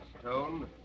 Stone